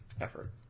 effort